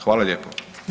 Hvala lijepo.